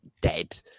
dead